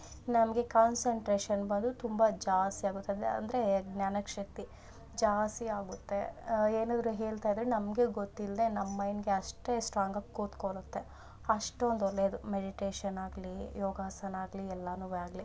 ನಮಗೆ ಕಾನ್ಸನ್ಟ್ರೇಷನ್ ಬಂದು ತುಂಬ ಜಾಸ್ತಿ ಆಗುತ್ತದೆ ಅಂದ್ರೆ ಜ್ಞಾನ ಶಕ್ತಿ ಜಾಸ್ತಿ ಆಗುತ್ತೆ ಏನಾದರು ಹೇಳ್ತಾಯಿದ್ರೆ ನಮಗೆ ಗೊತ್ತಿಲ್ದೇ ನಮ್ಮ ಮೈಂಡ್ಗೆ ಅಷ್ಟೇ ಸ್ಟ್ರಾಂಗಾಗಿ ಕೂತ್ಕೊಳುತ್ತೆ ಅಷ್ಟೊಂದು ಒಳ್ಳೆದು ಮೆಡಿಟೇಷನ್ ಆಗಲಿ ಯೋಗಾಸನ ಆಗಲಿ ಎಲ್ಲನು ಆಗಲಿ